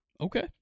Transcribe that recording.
Okay